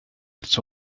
its